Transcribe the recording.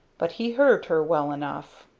but he heard her well enough.